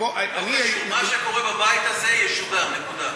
מה שקורה בבית הזה ישודר, נקודה.